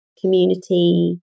community